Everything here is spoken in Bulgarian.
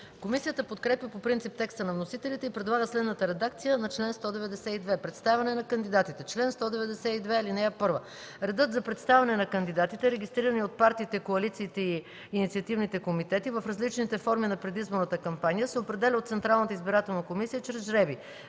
Комисията подкрепя по принцип текста на вносителите и предлага следната редакция на чл. 192: „Представяне на кандидатите „Чл. 192. (1) Редът за представяне на кандидатите, регистрирани от партиите, коалициите и инициативните комитети, в различните форми на предизборната кампания се определя от Централната избирателна комисия чрез жребий.